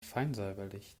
feinsäuberlich